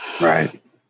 Right